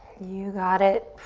you got it.